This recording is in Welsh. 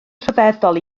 rhyfeddol